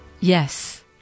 Yes